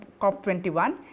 COP21